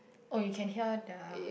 orh you can hear the